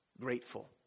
Grateful